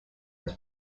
was